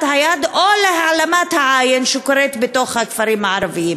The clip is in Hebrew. היד או להעלמת העין בתוך הכפרים הערביים.